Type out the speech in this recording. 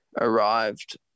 arrived